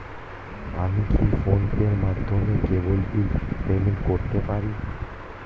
আমি কি ফোন পের মাধ্যমে কেবল বিল পেমেন্ট করতে পারি?